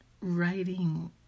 writing